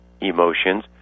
emotions